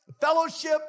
fellowship